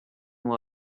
wood